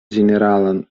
ĝeneralan